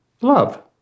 Love